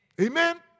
Amen